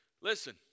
listen